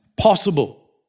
Possible